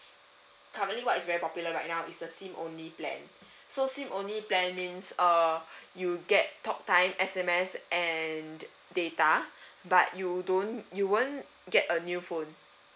currently what is very popular right now it's the SIM only plan so SIM only plan means uh you get talk time S_M_S and data but you don't you won't get a new phone